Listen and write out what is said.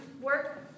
work